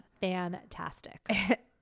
fantastic